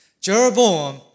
Jeroboam